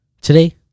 Today